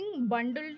bundled